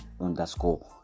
underscore